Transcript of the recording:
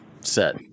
set